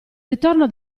ritorno